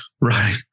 Right